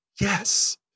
Yes